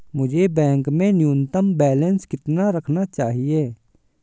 मुझे बैंक में न्यूनतम बैलेंस कितना रखना चाहिए?